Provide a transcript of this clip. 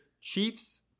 Chiefs